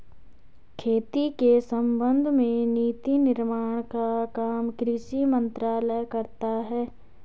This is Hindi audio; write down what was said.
खेती के संबंध में नीति निर्माण का काम कृषि मंत्रालय करता है